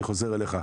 אני חוזר אליך.